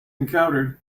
encountered